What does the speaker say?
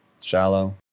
shallow